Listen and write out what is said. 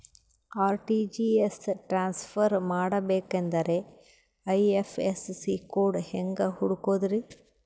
RTGS transfer ಮಾಡಬೇಕೆಂದರೆ IFSC code ಹೆಂಗ್ ಹುಡುಕೋದ್ರಿ?